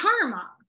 Karma